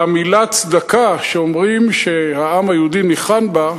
המלה "צדקה" שאומרים שהעם היהודי ניחן בה,